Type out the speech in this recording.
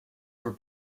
where